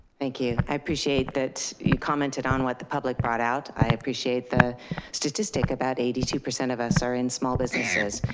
thank you. i appreciate that you commented on what the public brought out. i appreciate the statistic, about eighty two percent of us are in small businesses.